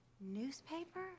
Newspaper